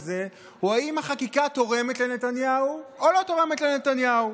הזה הוא אם החקיקה תורמת לנתניהו או לא תורמת לנתניהו.